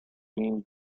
been